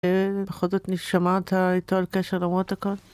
‫בכל זאת, שמרת איתו ‫על קשר למרות הכל?